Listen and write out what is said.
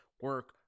Work